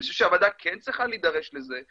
אני חושב שהוועדה כן צריכה להידרש לזה,